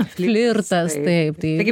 flirtas taip tai